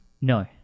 No